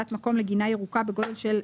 כן.